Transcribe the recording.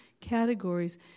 categories